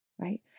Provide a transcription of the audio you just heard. Right